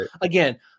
again